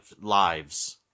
lives